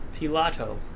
Pilato